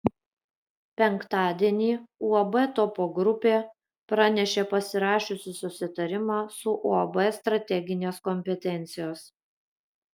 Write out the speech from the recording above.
penktadienį uab topo grupė pranešė pasirašiusi susitarimą su uab strateginės kompetencijos